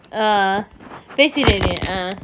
uh பேசினேனே :peasinenae